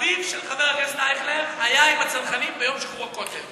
אביו של חבר הכנסת אייכלר היה עם הצנחנים ביום שחרור הכותל.